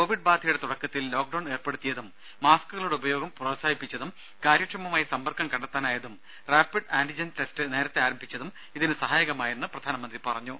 Covid ബാധയുടെ തുടക്കത്തിൽ lockdown ഏർപ്പെടുത്തിയതും മാസ്കുകളുടെ ഉപയോഗം പ്രോത്സാഹിപ്പിച്ചതും കാര്യക്ഷമമായി സമ്പർക്കം കണ്ടെത്താനായതും റാപ്പിഡ് ആന്റിജൻ ടെസ്റ്റ് നേരത്തെ ആരംഭിച്ചതും ഇതിന് സഹായകമായെന്ന് പ്രധാനമന്ത്രി പറഞ്ഞു